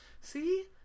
See